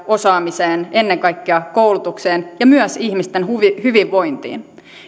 osaamiseen ennen kaikkea koulutukseen ja myös ihmisten hyvinvointiin